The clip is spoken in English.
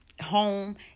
home